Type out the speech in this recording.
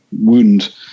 wound